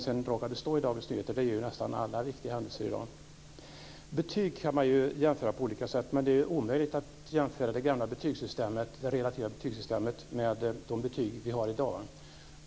Sedan råkade det stå i Dagens Nyheter, men det gör nästan alla viktiga händelser i dag. Betyg kan jämföras på olika sätt. Det är omöjligt att jämföra det gamla relativa betygssystemet med det betygssystem som vi har i dag.